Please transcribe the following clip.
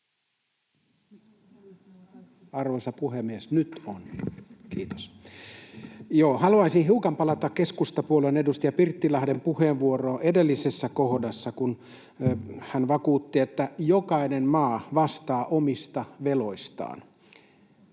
Arvoisa puhemies! Nyt on — kiitos. Joo, haluaisin hiukan palata keskustapuolueen edustajan Pirttilahden puheenvuoroon edellisessä kohdassa, kun hän vakuutti, että jokainen maa vastaa omista veloistaan.